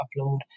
upload